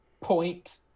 point